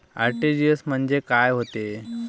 RTGS म्हंजे काय होते?